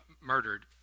murdered